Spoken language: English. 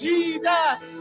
Jesus